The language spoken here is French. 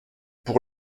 pour